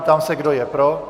Ptám se, kdo je pro?